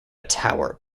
tower